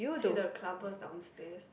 see the clubbers downstairs